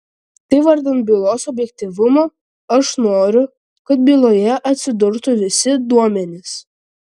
tai vardan bylos objektyvumo aš noriu kad byloje atsidurtų visi duomenys